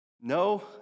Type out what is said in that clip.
No